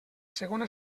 segona